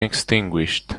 extinguished